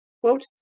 quote